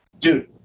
dude